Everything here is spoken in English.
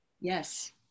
Yes